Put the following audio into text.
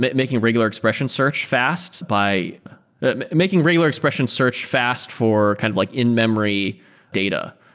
making regular expression search fast by making regular expression search fast for kind of like in-memory data.